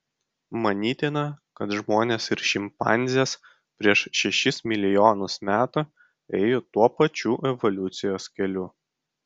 manytina kad žmonės ir šimpanzės prieš šešis milijonus metų ėjo tuo pačiu evoliucijos keliu